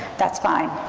that's fine.